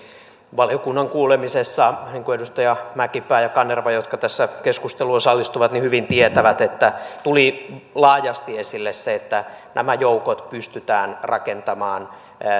valiokunnan kuulemisessa niin kuin edustajat mäkipää ja kanerva jotka keskusteluun osallistuivat hyvin tietävät tuli laajasti esille se että nämä joukot pystytään rakentamaan